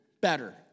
better